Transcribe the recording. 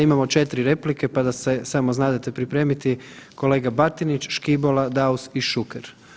Imamo 4 replike pa da se samo znate pripremiti kolega Batinić, Škibola, Daus i Šuker.